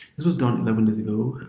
this was done eleven days ago